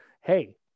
hey